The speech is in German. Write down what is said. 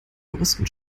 juristen